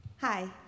Hi